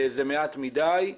זה מעט מדי,